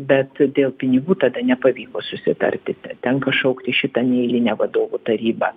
bet dėl pinigų tada nepavyko susitarti tenka šaukti šitą neeilinę vadovų tarybą